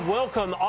welcome